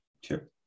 Sure